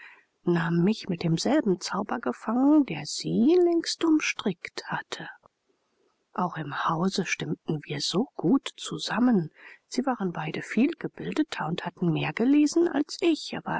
nahm mich mit dem selben zauber gefangen der sie längst umstrickt hatte auch im hause stimmten wir so gut zusammen sie waren beide viel gebildeter und hatten mehr gelesen als ich